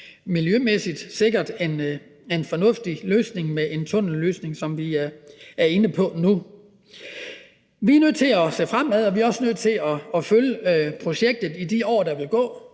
miljømæssigt sikkert med en fornuftig løsning med en tunnelløsning, som vi er inde på nu. Vi er nødt til at se fremad, og vi er også nødt til at følge projektet i de år, der vil gå